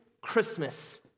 Christmas